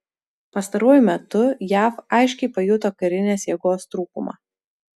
pastaruoju metu jav aiškiai pajuto karinės jėgos trūkumą